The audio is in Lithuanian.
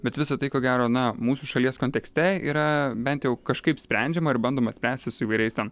bet visa tai ko gero na mūsų šalies kontekste yra bent jau kažkaip sprendžiama ir bandoma spręsti su įvairiais ten